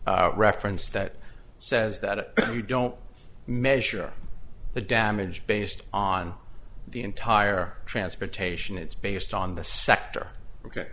reference that says that if you don't measure the damage based on the entire transportation it's based on the sector ok